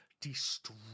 destroy